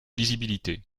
lisibilité